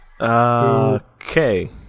Okay